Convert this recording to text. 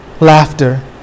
Laughter